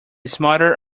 smatter